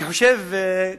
אני חושב,